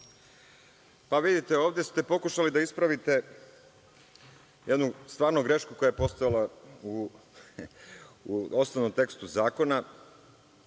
Vidite ovde ste pokušali da ispravite jednu grešku koja je postajala u osnovnom tekstu zakona.